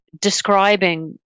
describing